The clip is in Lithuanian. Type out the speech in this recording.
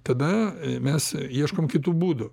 tada mes ieškom kitų būdų